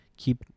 keep